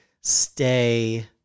Stay